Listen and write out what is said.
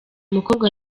mukobwa